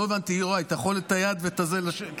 לא הבנתי יוראי, אתה יכול את היד ואת זה לשם?